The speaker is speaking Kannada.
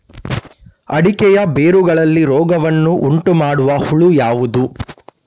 ಅಡಿಕೆಯ ಬೇರುಗಳಲ್ಲಿ ರೋಗವನ್ನು ಉಂಟುಮಾಡುವ ಹುಳು ಯಾವುದು?